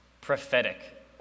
prophetic